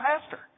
pastor